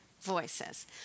voices